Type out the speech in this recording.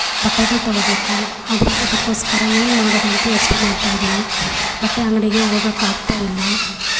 ಬಟ್ಟೆಗಳು ತಗೊಳ್ಬೇಕು ಆದರೆ ಈಗ ಅದಕ್ಕೋಸ್ಕರ ಏನು ಮಾಡೋದು ಅಂತ ಯೋಚನೆ ಮಾಡ್ತಾಯಿದ್ದೀನಿ ಬಟ್ಟೆ ಅಂಗಡಿಗೆ ಹೋಗೋಕೆ ಆಗ್ತಾಯಿಲ್ಲ